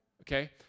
Okay